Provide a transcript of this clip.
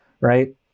right